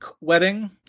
wedding